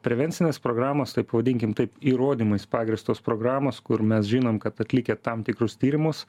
prevencinės programos taip pavadinkim taip įrodymais pagrįstos programos kur mes žinom kad atlikę tam tikrus tyrimus